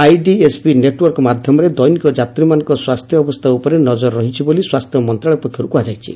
IDSP network ମାଧ୍ଘମରେ ଦୈନିକ ଯାତ୍ରୀମାନଙ୍କ ସ୍ୱାସ୍ଥ୍ୟ ଅବସ୍ଥା ଉପରେ ନଜର ରହିଛି ବୋଲି ସ୍ୱାସ୍ଥ୍ୟ ମନ୍ତଶାଳୟ ପକ୍ଷରୁ କୃହଯାଇଛି